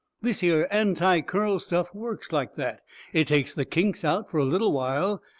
this here anti-curl stuff works like that it takes the kinks out fur a little while,